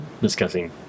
discussing